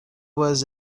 was